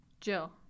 Jill